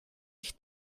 sich